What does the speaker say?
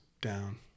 down